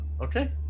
Okay